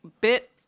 bit